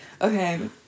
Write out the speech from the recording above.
Okay